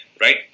right